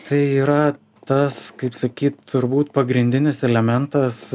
tai yra tas kaip sakyt turbūt pagrindinis elementas